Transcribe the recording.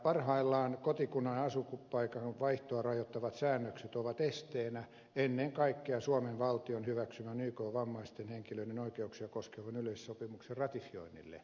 parhaillaan kotikunnan asuinpaikan vaihtoa rajoittavat säännökset ovat esteenä ennen kaikkea suomen valtion hyväksymän ykn vammaisten henkilöiden oikeuksia koskevan yleissopimuksen ratifioinnille